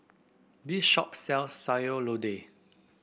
this shop sells Sayur Lodeh